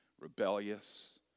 rebellious